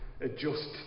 adjust